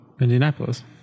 Indianapolis